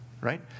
right